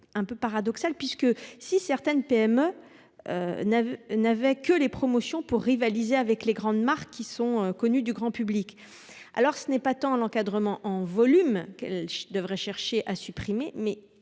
peu paradoxal : si certaines PME n'avaient que les promotions pour rivaliser avec les grandes marques connues du grand public, ce n'est pas tant l'encadrement des promotions en volume qu'elles devraient chercher à supprimer